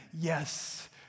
yes